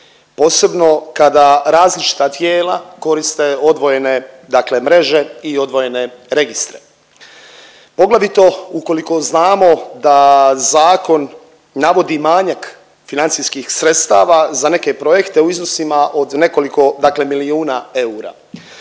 posebno kada različita tijela koriste odvojene dakle mreže i odvojene registre. Poglavito ukoliko znamo da zakon navodi manjak financijskih sredstava za neke projekte u iznosima od nekoliko dakle milijuna eura.